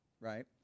Right